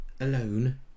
alone